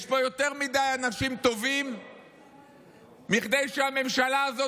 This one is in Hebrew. יש פה יותר מדי אנשים טובים מכדי שהממשלה הזאת